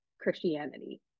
Christianity